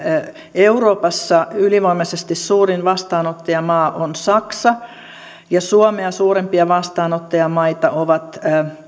euroopassa ylivoimaisesti suurin vastaanottajamaa on saksa ja suomea suurempia vastaanottajamaita ovat